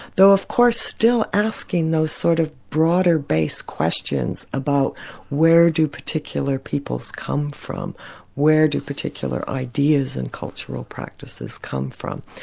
though of course still asking those sort of broader-based questions about where do particular peoples come from where do particular ideas and cultural practices come from?